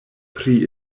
pri